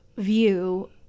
view